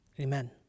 Amen